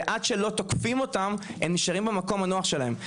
ועד שלא תוקפים אותם הם נשארים במקום הנוח שלהם,